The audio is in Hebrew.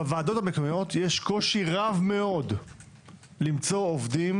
בוועדות המקומיות יש קושי רב מאוד למצוא עובדים